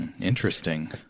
interesting